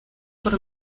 por